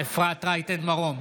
אפרת רייטן מרום,